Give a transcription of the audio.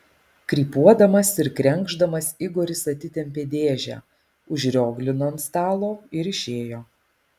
krypuodamas ir krenkšdamas igoris atitempė dėžę užrioglino ant stalo ir išėjo